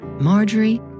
Marjorie